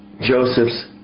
Joseph's